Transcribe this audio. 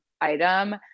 item